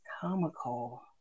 comical